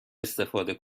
استفاده